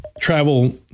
travel